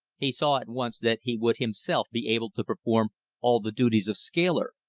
he saw at once that he would himself be able to perform all the duties of scaler,